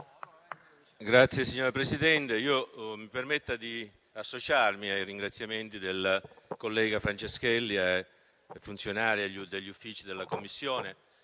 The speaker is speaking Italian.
Signora Presidente, mi permetta di associarmi ai ringraziamenti del collega Franceschelli, ai funzionari degli Uffici della Commissione,